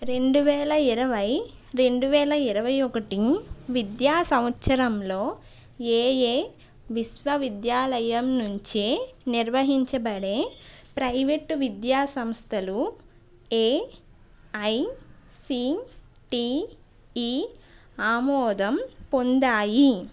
రెండు వేల ఇరవై రెండు వేల ఇరవై ఒకటి విద్యా సంవత్సరంలో ఏయే విశ్వవిద్యాలయం నుంచే నిర్వహించబడే ప్రైవేటు విద్యాసంస్థలు ఏఐసిటిఇ ఆమోదం పొందాయి